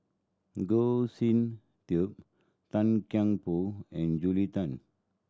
Goh Sin Tub Tan Kian Por and Julia Tan